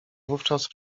wówczas